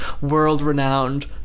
World-renowned